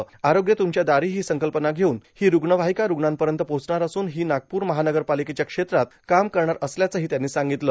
आरोग्य तुमच्या दारी ही संकल्पना घेऊन ही रूग्णवाहिका रूग्णांपर्यंत पोहोचणार असून ही नागपूर महानगरपालिकेच्या क्षेत्रात काम करणार असल्याचं ही त्यांनी सांगितलं